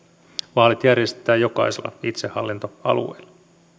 vaalit järjestetään jokaisella itsehallintoalueella